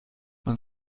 man